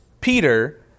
Peter